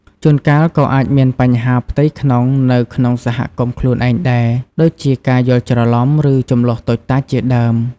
ជួនកាលក៏អាចមានបញ្ហាផ្ទៃក្នុងនៅក្នុងសហគមន៍ខ្លួនឯងដែរ ដូចជាការយល់ច្រឡំ ឬជម្លោះតូចតាចជាដើម ។